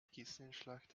kissenschlacht